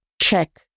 check